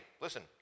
listen